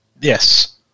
Yes